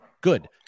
Good